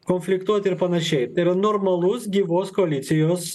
konfliktuot ir panašiai ir normalus gyvos koalicijos